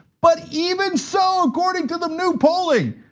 but even so, according to the new polling,